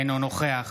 אינו נוכח